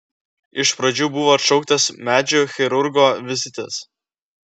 iš pradžių buvo atšauktas medžių chirurgo vizitas